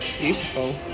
Beautiful